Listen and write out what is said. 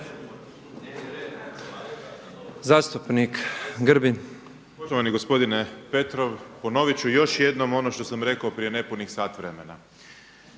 Zastupnik Grmoja